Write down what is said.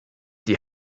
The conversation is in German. die